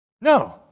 No